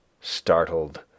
startled